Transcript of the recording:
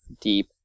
deep